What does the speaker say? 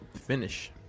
finish